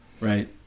Right